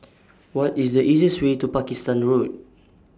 What IS The easiest Way to Pakistan Road